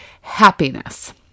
happiness